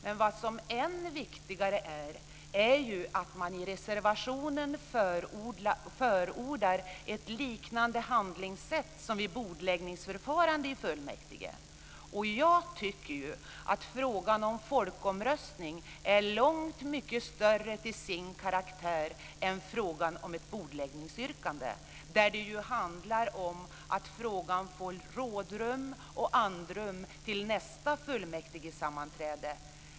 Men vad som är än viktigare är ju att man i reservationen förordar ett liknande handlingssätt som vid bordläggningsförfarande i fullmäktige. Jag tycker att frågan om folkomröstning är mycket större till sin karaktär än frågan om ett bordläggningsyrkande. I det fallet handlar det ju om att frågan får rådrum och andrum till nästa fullmäktigesammanträde.